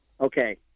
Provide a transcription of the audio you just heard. Okay